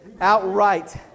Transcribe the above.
outright